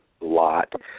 lot